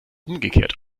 umgekehrt